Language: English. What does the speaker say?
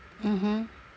mmhmm